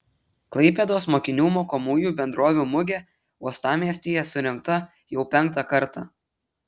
klaipėdos mokinių mokomųjų bendrovių mugė uostamiestyje surengta jau penktą kartą